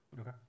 Okay